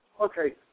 Okay